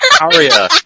Aria